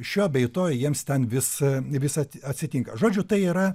šio bei to jiems ten vis vis at atsitinka žodžiu tai yra